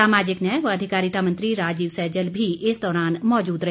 सामाजिक न्याय व अधिकारिता मंत्री राजीव सैजल भी इस दौरान मौजूद रहे